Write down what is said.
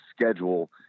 schedule